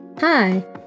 Hi